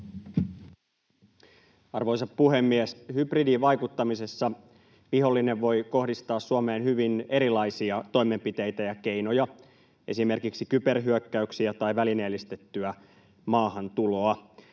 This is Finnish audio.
Arvoisa puhemies! Hybridivaikuttamisessa vihollinen voi kohdistaa Suomeen hyvin erilaisia toimenpiteitä ja keinoja, esimerkiksi kyberhyökkäyksiä tai välineellistettyä maahantuloa.